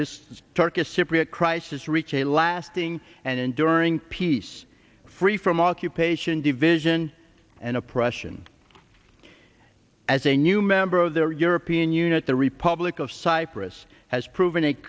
this turkish cypriot crisis reach a lasting and enduring peace free from occupation division and oppression as a new member of their european unit the republic of cyprus has proven